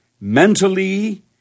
mentally